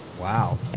Wow